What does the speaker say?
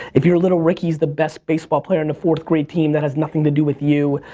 if your little ricky is the best baseball player in the fourth grade team, that has nothing to do with you,